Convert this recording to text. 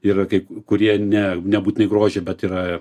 ir kai kurie ne nebūtinai grožio bet yra